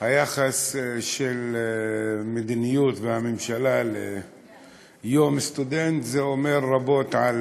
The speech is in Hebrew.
היחס של המדיניות והממשלה ליום סטודנט אומר רבות על